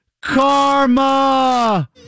Karma